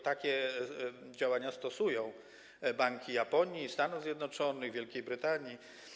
Takie działania stosują banki Japonii, Stanów Zjednoczonych, Wielkiej Brytanii.